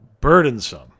burdensome